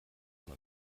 man